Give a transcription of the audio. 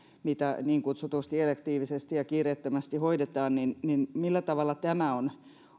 mitä niin kutsutusti elektiivisesti ja kiireettömästi hoidetaan millä tavalla tämä on